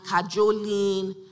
cajoling